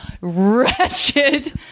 wretched